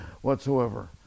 whatsoever